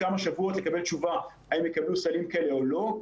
שבועות לקבל תשובה האם הם יקבלו סלים כאלה או לא.